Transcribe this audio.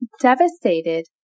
Devastated